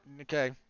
Okay